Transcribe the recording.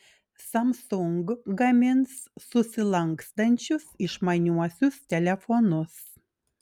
samsung gamins susilankstančius išmaniuosius telefonus